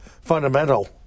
fundamental